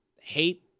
hate